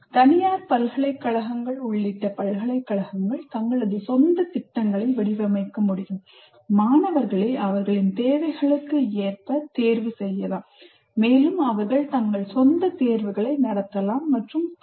தனியார் பல்கலைக்கழகங்கள் உள்ளிட்ட பல்கலைக்கழகங்கள் தங்களது சொந்த திட்டங்களை வடிவமைக்க முடியும் மாணவர்களை அவர்களின் தேவைகளுக்கு ஏற்ப தேர்வு செய்யலாம் மேலும் அவர்கள் தங்கள் சொந்த தேர்வுகளை நடத்தலாம் மற்றும் பல